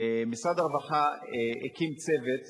משרד הרווחה הקים צוות